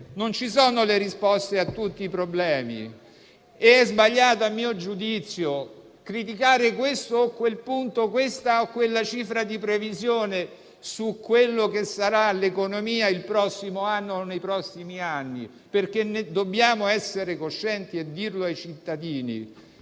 non ci sono le risposte a tutti i problemi e - a mio giudizio - è sbagliato criticare questo o quel punto, questa o quella cifra di previsione su quella che sarà l'economia nel 2021 o nei prossimi anni. Dobbiamo essere coscienti e dire ai cittadini